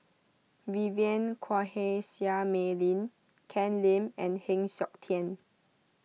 Vivien Quahe Seah Mei Lin Ken Lim and Heng Siok Tian